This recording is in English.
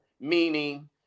Meaning